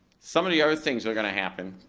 some of the other things are gonna happen.